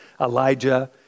Elijah